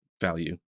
value